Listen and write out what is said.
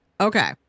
Okay